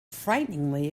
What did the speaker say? frighteningly